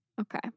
Okay